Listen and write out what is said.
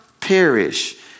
perish